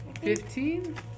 Fifteen